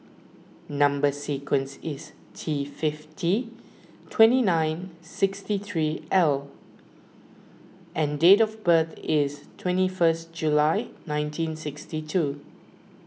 Number Sequence is T fifty twenty nine sixty three L and date of birth is twenty first July nineteen sixty two